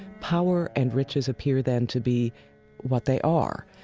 power and riches appear then to be what they are,